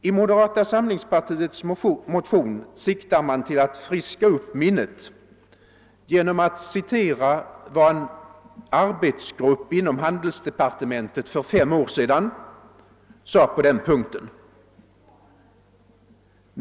I moderata samlingspartiets motion sökte man friska upp min net genom att citera vad en arbetsgrupp inom handelsdepartementet för fem år sedan sade på den punkten.